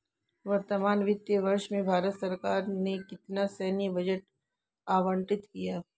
वर्तमान वित्तीय वर्ष में भारत सरकार ने कितना सैन्य बजट आवंटित किया?